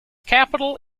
capital